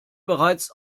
bereits